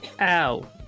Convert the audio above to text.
ow